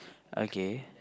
okay